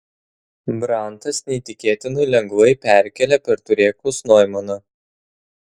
brantas neįtikėtinai lengvai perkėlė per turėklus noimaną